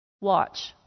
watch